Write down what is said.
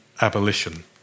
abolition